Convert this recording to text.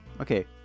Okay